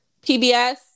PBS